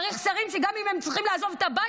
צריך שרים שגם אם הם צריכים לעזוב את הבית